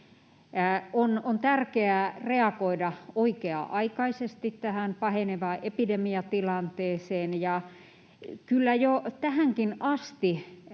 On tärkeää reagoida oikea-aikaisesti tähän pahenevaan epidemiatilanteeseen. Kyllä jo tähänkin asti